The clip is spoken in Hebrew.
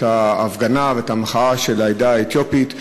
את ההפגנה ואת המחאה של העדה האתיופית,